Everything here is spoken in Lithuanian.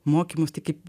mokymus tai kaip